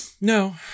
No